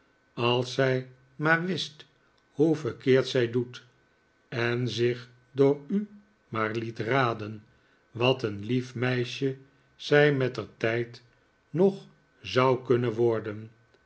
als zij maar wist hoe verkeerd zij doet en zich door u maar liet raden wat een lief meisje zij mettertijd nog zou kunnen worden